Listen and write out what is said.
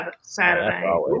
Saturday